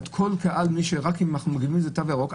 מי שיש לו תו ירוק,